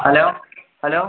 hello hello